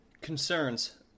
Concerns